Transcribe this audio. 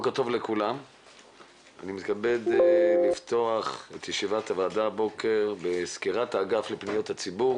אני מתכבד לפתוח את ישיבת הוועדה הבוקר בסקירת האגף לפניות הציבור